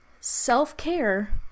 Self-care